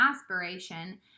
aspiration